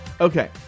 Okay